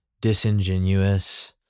disingenuous